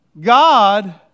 God